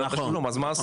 אז מה עשינו בזה?